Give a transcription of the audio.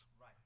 Right